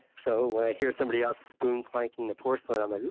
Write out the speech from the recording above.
so when i hear somebody else's spoon clanking the porcelain, i'm like, ooh,